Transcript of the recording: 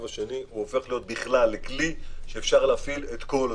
השני הוא הופך לכלי שמאפשר להפעיל הכול,